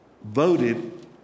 voted